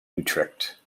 utrecht